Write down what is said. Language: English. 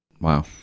Wow